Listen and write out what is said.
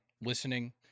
listening